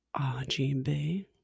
RGB